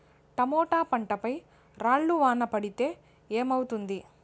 Tomato పంట పై రాళ్లు వాన పడితే ఏమవుతుంది?